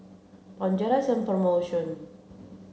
Bonjela is on promotion